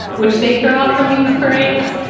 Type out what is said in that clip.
which they threw out from these parades.